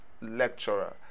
lecturer